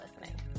listening